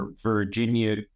Virginia